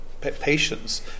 patience